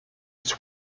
its